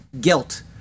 guilt